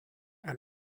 and